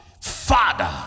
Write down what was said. Father